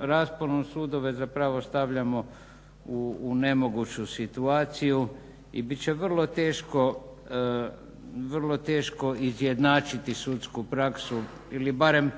rasponu sudove zapravo stavljamo u nemoguću situaciju i bit će vrlo teško izjednačiti sudsku praksu ili barem